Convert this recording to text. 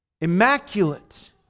immaculate